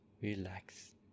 relax